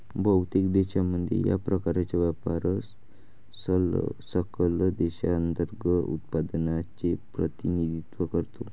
बहुतेक देशांमध्ये, या प्रकारचा व्यापार सकल देशांतर्गत उत्पादनाचे प्रतिनिधित्व करतो